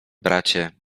bracie